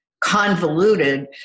convoluted